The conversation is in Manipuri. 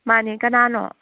ꯃꯥꯅꯦ ꯀꯅꯥꯅꯣ